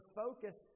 focus